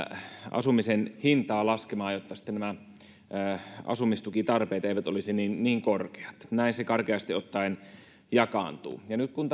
asumisen hintaa laskemaan jotta nämä asumistukitarpeet eivät olisi niin korkeat näin se karkeasti ottaen jakaantuu nyt kun